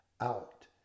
out